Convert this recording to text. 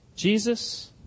Jesus